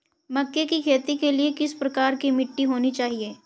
मक्के की खेती के लिए किस प्रकार की मिट्टी होनी चाहिए?